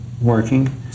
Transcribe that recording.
working